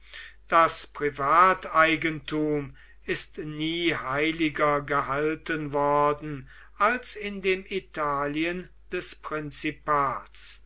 das privateigentum ist nie heiliger gehalten worden als in dem italien des prinzipats